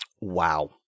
Wow